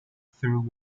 through